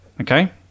Okay